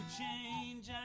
change